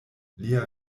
lia